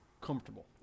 comfortable